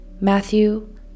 Matthew